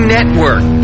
Network